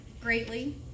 greatly